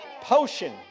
potion